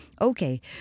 Okay